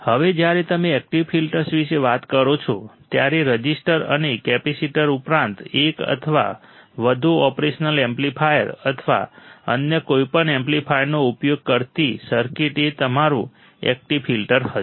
હવે જ્યારે તમે એક્ટિવ ફિલ્ટર્સ વિશે વાત કરો છો ત્યારે રઝિસ્ટર અને કેપેસિટર ઉપરાંત એક અથવા વધુ ઓપરેશનલ એમ્પ્લીફાયર અથવા અન્ય કોઈપણ એમ્પ્લીફાયરનો ઉપયોગ કરતી સર્કિટ એ તમારું એકટીવ ફિલ્ટર હશે